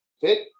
fit